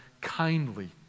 kindly